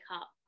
up